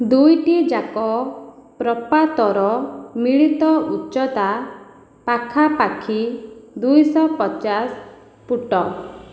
ଦୁଇଟି ଯାକ ପ୍ରପାତର ମିଳିତ ଉଚ୍ଚତା ପାଖାପାଖି ଦୁଇଶହ ପଚାଶ ଫୁଟ